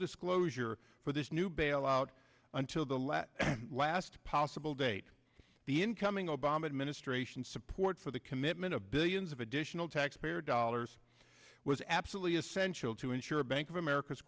disclosure for this new bailout until the last last possible date the incoming obama administration support for the commitment of billions of additional taxpayer dollars was absolutely essential to ensure a bank of america